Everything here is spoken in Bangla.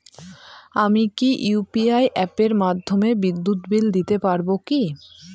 আমি কি ইউ.পি.আই অ্যাপের মাধ্যমে বিদ্যুৎ বিল দিতে পারবো কি?